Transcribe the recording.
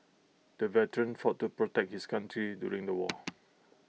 the veteran fought to protect his country during the war